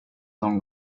någon